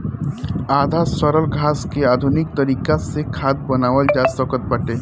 आधा सड़ल घास के आधुनिक तरीका से खाद बनावल जा सकत बाटे